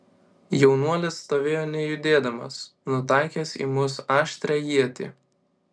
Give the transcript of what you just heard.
jaunuolis stovėjo nejudėdamas nutaikęs į mus aštrią ietį